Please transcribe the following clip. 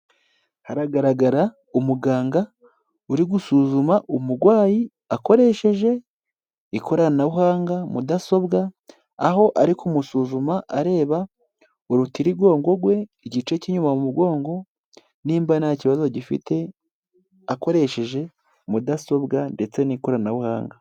Haragaragara umuganga uri gusuzuma umugwayi akoresheje ikoranabuhanga, mudasobwa, aho ari kumusuzuma areba urutirigongo gwe, igice cy'inyuma mugongo, nimba nta kibazo gifite akoresheje mudasobwa ndetse n'ikoranabuhanga.